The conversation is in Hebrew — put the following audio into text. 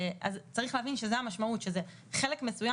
צריך להבין שזאת המשמעות של זה חלק מסוים